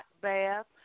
bath